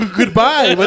goodbye